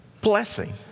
blessing